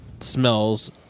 smells